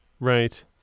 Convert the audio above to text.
Right